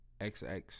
XX